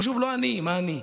שוב, לא אני, מה אני?